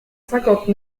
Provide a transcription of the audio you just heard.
cinquante